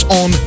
on